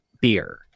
beer